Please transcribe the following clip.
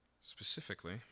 Specifically